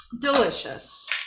delicious